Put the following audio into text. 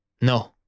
no